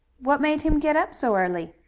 what made him get up so early?